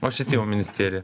o švietimo ministerija